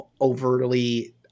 overly